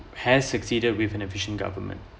has succeeded with an efficient government